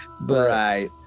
Right